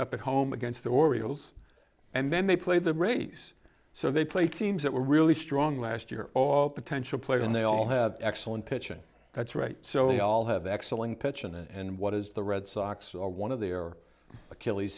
up at home against the orioles and then they play the rays so they play teams that were really strong last year all potential players and they all have excellent pitching that's right so they all have excellent pitch and what is the red sox are one of their achilles